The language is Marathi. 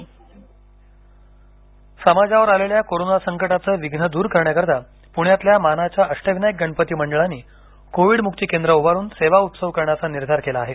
अष्टविनायक समाजावर आलेल्या कोरोना संकटाचं विध्न दूर करण्याकरीता पुण्यातील मानाच्या अष्टविनायक गणपती मंडळांनी कोविड मुक्ती केंद्र उभारुन सेवा उत्सव करण्याचा निर्धार केला आहे